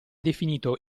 definito